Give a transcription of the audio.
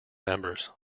members